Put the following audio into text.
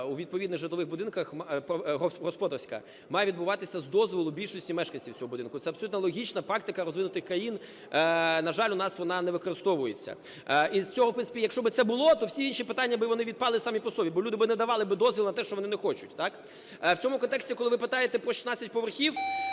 відповідна у житлових будинках господарська має відбуватися з дозволу більшості мешканців цього будинку, це абсолютно логічна практика розвинутих країн. На жаль, у нас вона не використовується. І це в принципі, якщо б це було, то всі інші питання, вони відпали б сам по собі. Бо люди не давали б дозвіл на те, що вони не хочуть, так? В цьому контексті, коли ви питаєте про 16 поверхів,